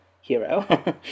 hero